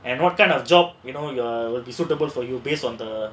and what kind of job you know you would be suitable for you based on the